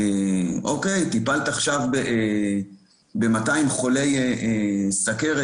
לקופת חולים שאם היא טיפלה ב-200 חולי סוכרת